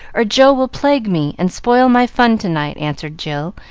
or joe will plague me and spoil my fun to-night, answered jill,